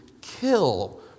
kill